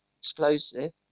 explosive